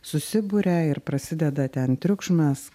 susiburia ir prasideda ten triukšmas